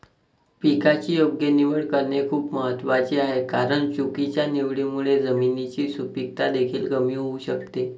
पिकाची योग्य निवड करणे खूप महत्वाचे आहे कारण चुकीच्या निवडीमुळे जमिनीची सुपीकता देखील कमी होऊ शकते